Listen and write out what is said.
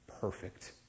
perfect